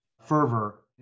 fervor